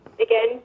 again